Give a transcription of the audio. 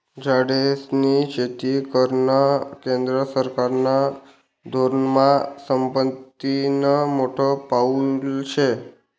झाडेस्नी शेती करानं केंद्र सरकारना धोरनमा संपत्तीनं मोठं पाऊल शे